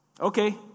Okay